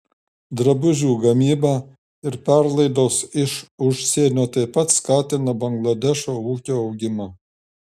drabužių gamyba ir perlaidos iš užsienio taip pat skatina bangladešo ūkio augimą